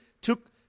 took